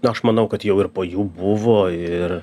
na aš manau kad jau ir po jų buvo ir